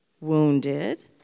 wounded